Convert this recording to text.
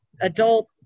adult